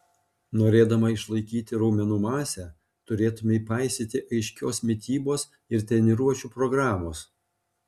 norėdama išlaikyti raumenų masę turėtumei paisyti aiškios mitybos ir treniruočių programos